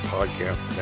Podcast